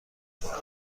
کنم